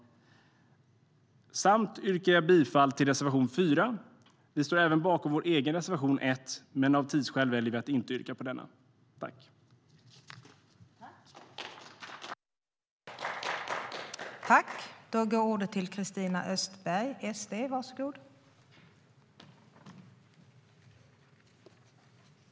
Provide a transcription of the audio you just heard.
Jag yrkar dessutom bifall till reservation nr 4. Vi står även bakom vår reservation nr 1, men av tidsskäl väljer vi att inte yrka bifall till denna.